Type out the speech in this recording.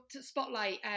spotlight